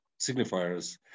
signifiers